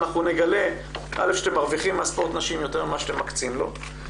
אנחנו נגלה שאתם מרוויחים מספורט נשים יותר מאשר אתם מקצים לו.